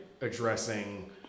addressing